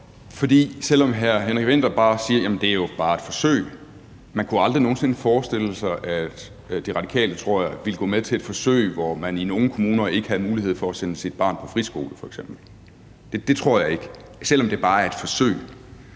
godt, selv om hr. Henrik Vinther siger, at det jo bare er et forsøg. Man kunne aldrig nogen sinde forestille sig, at De Radikale, tror jeg, ville gå med til et forsøg, hvor man i nogle kommuner f.eks. ikke havde mulighed for at sende sit barn på friskole. Det tror jeg ikke, selv om det bare var et forsøg.